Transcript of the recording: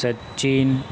Sachin